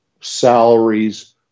salaries